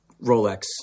Rolex